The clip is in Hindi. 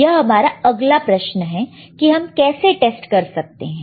यह हमारा अगला प्रश्न है कि हम कैसे टेस्ट कर सकते हैं